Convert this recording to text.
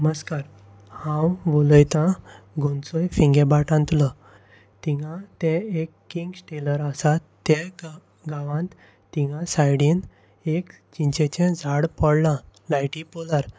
नमस्कार हांव उलयतां गुंसोय फिंगेभाटांतलो थंय ते एक किंग्स टेलर आसा ते गांवांत थंय सायडीन एक चिंचेचें झाड पडलां लायटी पोलार